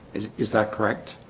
is is that correct?